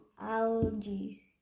algae